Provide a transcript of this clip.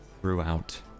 throughout